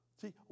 See